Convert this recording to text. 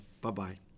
Bye-bye